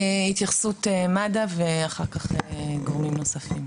התייחסות מד"א ואחר כך גורמים נוספים,